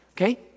Okay